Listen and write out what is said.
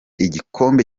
igikombe